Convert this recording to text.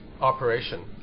operation